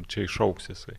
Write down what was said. čia išaugs jisai